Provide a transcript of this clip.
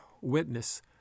witness